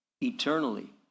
eternally